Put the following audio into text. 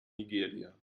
nigeria